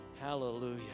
Hallelujah